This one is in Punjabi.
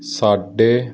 ਸਾਡੇ